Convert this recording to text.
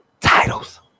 titles